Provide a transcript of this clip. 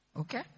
okay